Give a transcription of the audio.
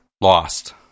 Lost